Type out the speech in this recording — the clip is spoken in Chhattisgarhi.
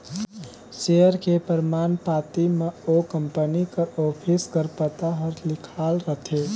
सेयर के परमान पाती म ओ कंपनी कर ऑफिस कर पता हर लिखाल रहथे